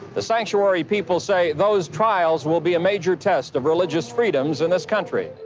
the sanctuary people say those trials will be a major test of religious freedoms in this country.